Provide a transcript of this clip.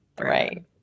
Right